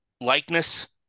likeness